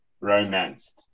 romanced